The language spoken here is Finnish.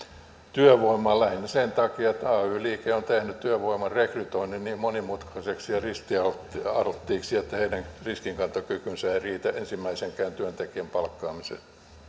työvoimaa lähinnä sen takia että ay liike on tehnyt työvoiman rekrytoinnin niin monimutkaiseksi ja riskialttiiksi että heidän riskinkantokykynsä ei riitä ensimmäisenkään työntekijän palkkaamiseen